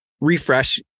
refresh